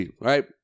right